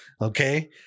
okay